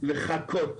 לחכות